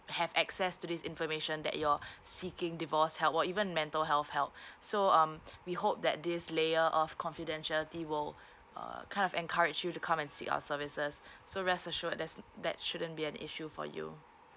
have access to this information that you're seeking divorce help or even mental health help so um we hope that this layer of confidentiality will uh kind of encourage you to come and seek our services so rest assured there's that shouldn't be an issue for you